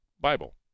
Bible